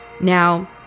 Now